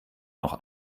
noch